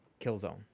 Killzone